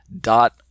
dot